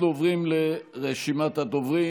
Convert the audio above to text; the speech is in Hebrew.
אנחנו עוברים לרשימת הדוברים.